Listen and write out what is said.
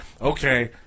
okay